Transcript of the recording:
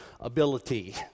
ability